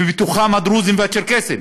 ובתוכם הדרוזים והצ'רקסים.